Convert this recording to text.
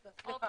אוקי.